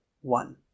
one